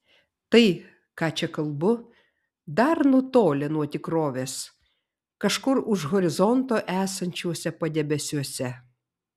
tai ką čia kalbu dar nutolę nuo tikrovės kažkur už horizonto esančiuose padebesiuose